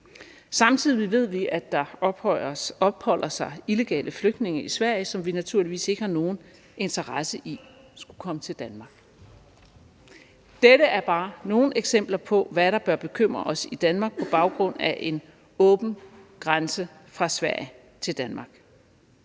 Samtidig ved vi, at der opholder sig illegale flygtninge i Sverige, som vi naturligvis ikke har nogen interesse i skal komme til Danmark. Dette er bare nogle eksempler på, hvad der bør bekymre os i Danmark på grund af en åben grænse fra Sverige til Danmark.